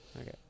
Okay